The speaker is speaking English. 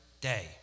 day